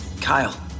Kyle